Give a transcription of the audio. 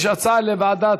יש הצעה לוועדת,